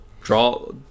draw